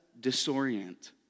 disorient